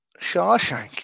Shawshank